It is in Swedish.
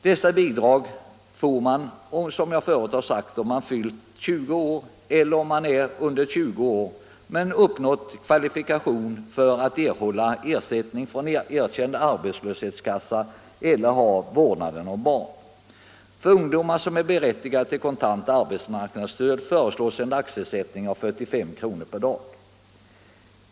Dessa bidrag får man, som jag förut sagt, om man fyllt 20 år eller om man är under 20 år men kvalificerat sig för att erhålla ersättning från erkänd arbetslöshetskassa eller har vårdnaden om barn. Nr 84 För ungdomar som är berättigade till kontant arbetsmarknadsstöd fö Tisdagen den reslås en dagsersättning av 45 kr. per dag.